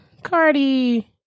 Cardi